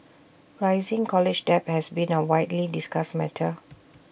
rising college debt has been A widely discussed matter